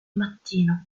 mattino